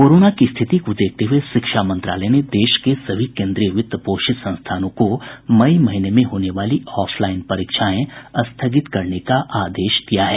corona की स्थिति को देखते हुए शिक्षा मंत्रालय ने देश के सभी केन्द्रीय वित्त पोषित संस्थानों को मई महीने में होने वाली ऑफलाईन परीक्षाएं स्थगित करने का आदेश दिया है